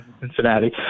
Cincinnati